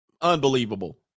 unbelievable